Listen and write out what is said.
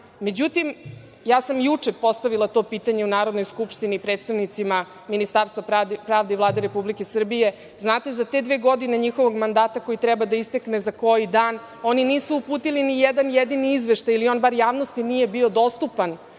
zakona.Međutim, ja sam juče postavila to pitanje u Narodnoj skupštini predstavnicima Ministarstva pravde i Vladi Republike Srbije. Znate, za te dve godine njihovog mandata koji treba da istekne za koji dan, oni nisu uputili ni jedan jedini izveštaj, ili on bar javnosti nije bio dostupan,